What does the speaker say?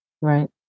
Right